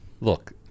Look